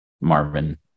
Marvin